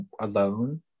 alone